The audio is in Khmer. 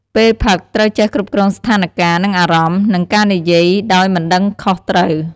ពេលផឹកត្រូវចេះគ្រប់គ្រងស្ថានការ និងអារម្មណ៍ និងការនិយាយដោយមិនដឹងខុសត្រូវ។